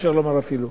אפשר לומר אפילו.